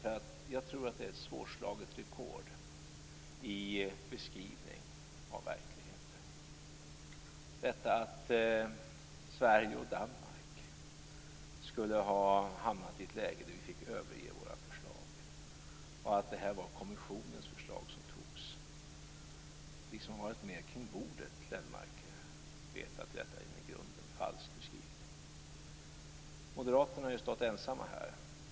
Jag tror nämligen att det är ett svårslaget rekord i beskrivning av verkligheten; detta att Sverige och Danmark skulle ha hamnat i ett läge där vi fick överge våra förslag och att det var kommissionens förslag som togs. Vi som suttit med vid bordet, Göran Lennmarker, vet att detta är en i grunden falsk beskrivning. Moderaterna har stått ensamma här.